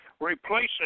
replacing